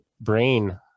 brain